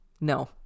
No